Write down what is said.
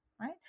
right